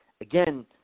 again